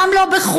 גם לא חורה,